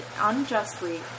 unjustly